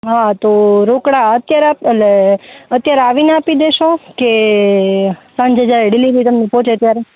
હા તો રોકડા અત્યારે એલે અત્યારે આવીને દેસો કે સાંજે જ્યારે ડિલિવરી તમને પોંચે ત્યારે